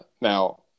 now